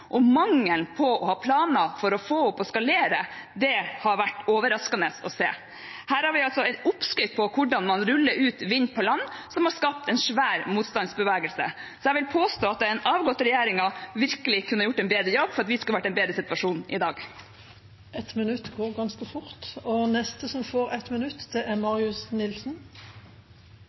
mangelen på planer for å få opp og skalere: Det har vært overraskende å høre. Her har vi altså en oppskrift på hvordan man ruller ut vind på land, som har skapt en svær motstandsbevegelse. Så jeg vil påstå at den avgåtte regjeringen virkelig kunne ha gjort en bedre jobb for at vi skulle vært i en bedre situasjon i dag. Representanten Marius Arion Nilsen har hatt ordet to ganger tidligere og får ordet til en kort merknad, begrenset til 1 minutt. Det er